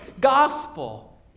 gospel